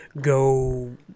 Go